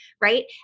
Right